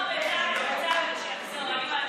בצלאל, בצלאל, שיחזור.